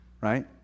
Right